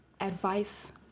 advice